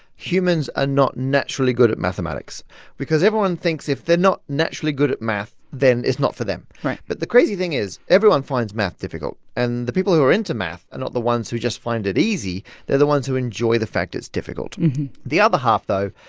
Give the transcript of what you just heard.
humans are not naturally good at mathematics because everyone thinks if they're not naturally good at math, then it's not for them right but the crazy thing is everyone finds math difficult. and the people who are into math are not the ones who just find it easy they're the ones who enjoy the fact it's difficult the other half, though,